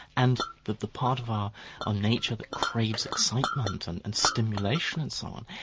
and that the part of our ah nature that craves excitement and and stimulation and so on,